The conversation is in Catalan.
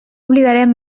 oblidarem